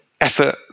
effort